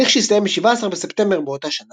תהליך שהסתיים ב־17 בספטמבר באותה שנה,